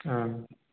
ꯑꯥ